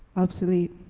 obsolete,